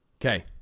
Okay